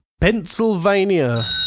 Pennsylvania